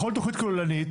בכל תכנית כוללנית,